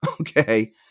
Okay